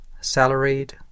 salaried